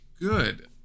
good